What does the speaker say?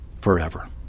forever